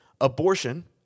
abortion